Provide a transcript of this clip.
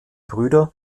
brüder